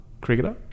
cricketer